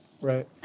Right